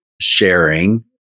sharing